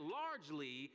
largely